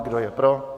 Kdo je pro?